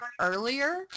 earlier